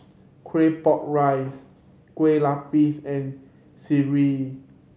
Claypot Rice Kueh Lupis and sireh